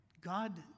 God